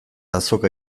azoka